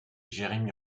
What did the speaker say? jérémie